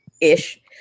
Ish